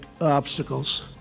obstacles